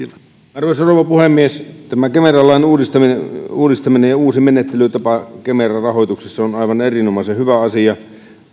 arvoisa rouva puhemies tämä kemera lain uudistaminen uudistaminen ja uusi menettelytapa kemera rahoituksessa on aivan erinomaisen hyvä asia